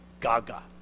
Gaga